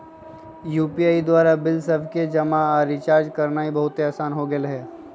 UPI द्वारा bill सभके जमा आऽ रिचार्ज करनाइ बहुते असान हो गेल हइ